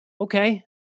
Okay